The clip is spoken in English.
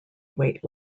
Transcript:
weight